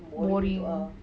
boring